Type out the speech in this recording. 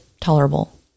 tolerable